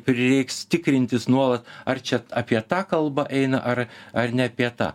prireiks tikrintis nuolat ar čia apie tą kalba eina ar ar ne apie tą